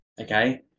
okay